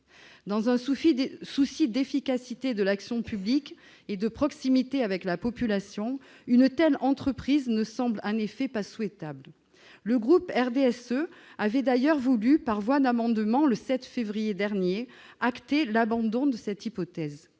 Dans un souci d'efficacité de l'action publique et de proximité avec la population, une telle entreprise ne semble pas souhaitable. Le groupe du RDSE avait d'ailleurs voulu, par voie d'amendement le 7 février dernier, acter l'abandon de cette hypothèse.